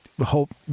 hope